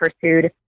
pursued